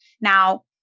Now